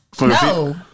No